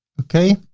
okay.